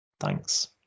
Thanks